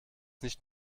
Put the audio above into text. nicht